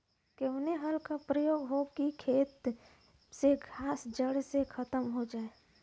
कवने हल क प्रयोग हो कि खेत से घास जड़ से खतम हो जाए?